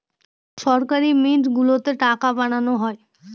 সরকারি মিন্ট গুলোতে টাকা বানানো হয়